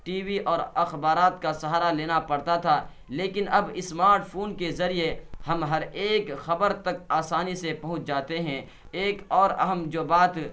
T V اور اخبارات کا سہارا لینا پڑتا تھا لیکن اب اسمارٹ فون کے ذریعے ہم ہر ایک خبر تک آسانی سے پہنچ جاتے ہیں ایک اور اہم جو بات